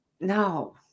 no